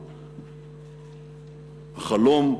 החלום,